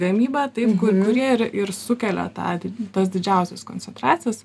gamyba taip ku kurie ir ir sukelia tą tos didžiausios koncentracijos